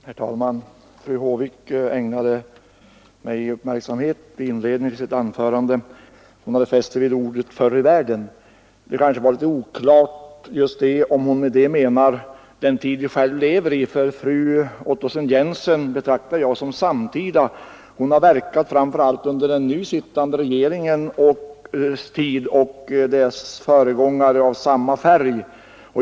Herr talman! Fru Håvik ägnade mig uppmärksamhet i inledningen till sitt anförande. Hon hade fäst sig vid orden ”förr i världen”. Det var litet oklart, menar hon, om jag avsåg den tid vi själva har levat i. Ja, jag betraktar fru Ottesen-Jensen som samtida. Hon har verkat framför allt under den nu sittande regeringens tid och under dess föregångare av samma färg.